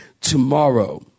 Tomorrow